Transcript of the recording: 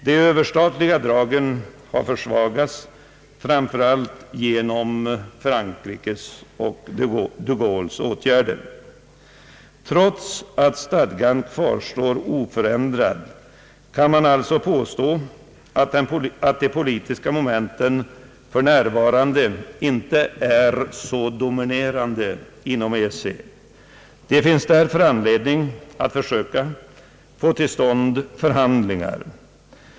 De överstatliga dragen har försvagats framför allt genom Frankrikes och de Gaulles åtgärder. Trots att stadgan kvarstår oförändrad kan man alltså påstå att de politiska momenten för närvarande inte är så dominerande inom EEC. Det finns därför anledning att försöka få till stånd förhandlingar.